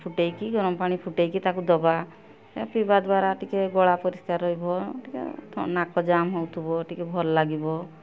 ଫୁଟେଇକି ଗରମ ପାଣି ଫୁଟେଇକି ତାକୁ ଦେବା ପିଇବା ଦ୍ୱାରା ଟିକେ ଗଳା ପରିଷ୍କାର ରହିବ ଟିକେ ନାକ ଜାମ୍ ହେଉଥିବ ଟିକେ ଭଲ ଲାଗିବ